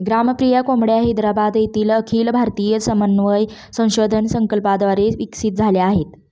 ग्रामप्रिया कोंबड्या हैदराबाद येथील अखिल भारतीय समन्वय संशोधन प्रकल्पाद्वारे विकसित झाल्या आहेत